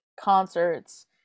concerts